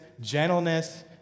gentleness